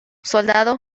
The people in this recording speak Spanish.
soldado